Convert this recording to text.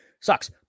sucks